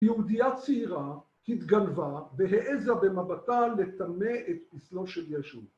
יהודייה צעירה התגלבה והעזה במבטה לטמא את פסלו של ישו.